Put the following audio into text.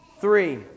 Three